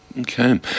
Okay